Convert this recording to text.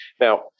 now